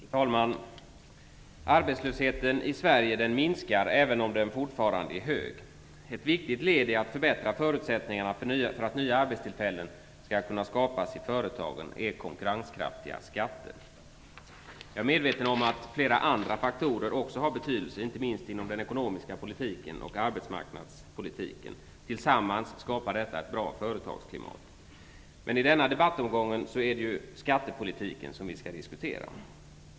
Fru talman! Arbetslösheten i Sverige minskar, även om den är fortfarande är hög. Ett viktigt led för att förbättra förutsättningarna för att nya arbetstillfällen skall kunna skapas i företagen är konkurrenskraftiga skatter. Jag är medveten om att flera andra faktorer också har betydelse, inte minst inom den ekonomiska politiken och arbetsmarknadspolitiken. Tillsammans skapar de ett bra företagsklimat. I denna debattomgång är det emellertid skattepolitiken vi skall diskutera.